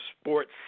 sports